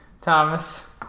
Thomas